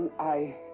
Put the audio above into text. i.